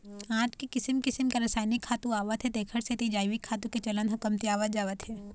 आज किसम किसम के रसायनिक खातू आवत हे तेखर सेती जइविक खातू के चलन ह कमतियावत जावत हे